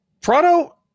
Prado